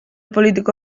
politiko